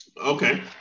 Okay